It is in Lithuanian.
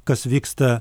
kas vyksta